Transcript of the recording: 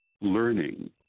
learning